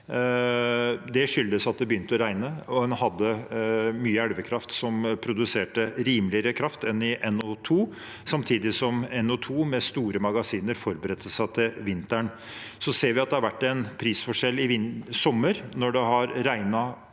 Det skyldes at det begynte å regne, og at en hadde mye elvekraft som produserte rimeligere kraft enn i NO2, samtidig som NO2 forberedte seg til vinteren med store magasiner. Så ser vi at det har vært en prisforskjell i sommer da det regnet